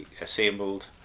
assembled